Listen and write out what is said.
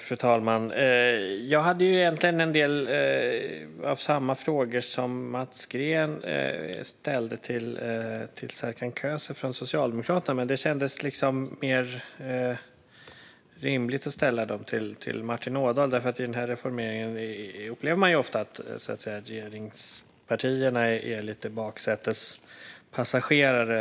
Fru talman! Jag hade egentligen en del av samma frågor som Mats Green ställde till Serkan Köse från Socialdemokraterna, men det känns mer rimligt att ställa dem till Martin Ådahl, för i den här reformeringen upplever man ofta att regeringspartierna är lite baksätespassagerare.